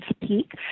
peak